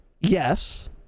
yes